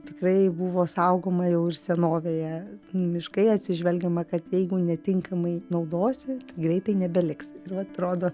tikrai buvo saugoma jau ir senovėje miškai atsižvelgiama kad jeigu netinkamai naudosi greitai nebeliks atrodo